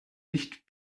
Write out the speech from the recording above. nicht